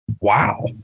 Wow